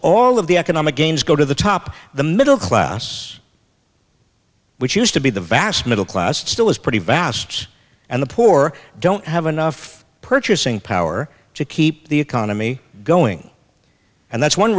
all of the economic gains go to the top the middle class which used to be the vast middle class it still is pretty vast and the poor don't have enough purchasing power to keep the economy going and that's one